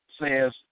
says